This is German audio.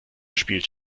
spielt